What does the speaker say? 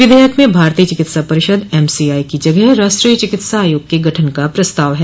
विधेयक में भारतीय चिकित्सा परिषद एम सी आई की जगह राष्ट्रीय चिकित्सा आयोग के गठन का प्रस्ताव है